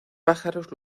pájaros